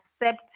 accept